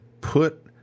put